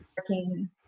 working